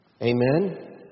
Amen